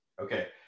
Okay